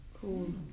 Cool